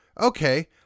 okay